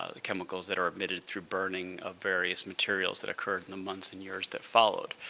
ah the chemicals that are emitted through burning of various materials that occurred in the months and years that followed.